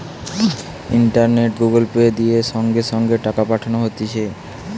ইন্টারনেটে Google Pay, দিয়ে সঙ্গে সঙ্গে টাকা পাঠানো হতিছে